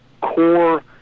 core